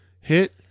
hit